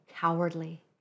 cowardly